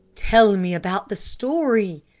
tell me about the story,